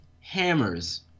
hammers